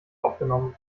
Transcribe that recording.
aufgenommen